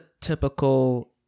typical